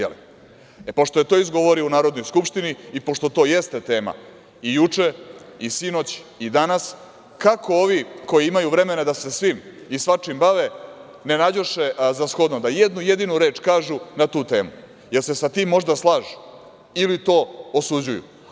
E, pošto je to izgovorio u Narodnoj skupštini i pošto to jeste tema juče, sinoć i danas, kako ovi koji imaju vremena da se svim i svačim bave ne nađoše za shodno da jednu jedninu reč kažu na tu temu, da li se sa tim možda slažu ili to osuđuju?